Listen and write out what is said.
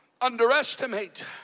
underestimate